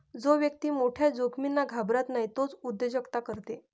जो व्यक्ती मोठ्या जोखमींना घाबरत नाही तोच उद्योजकता करते